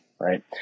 right